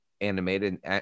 animated